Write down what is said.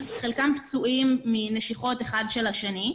חלקם פצועים מנשיכות של האחד בשני.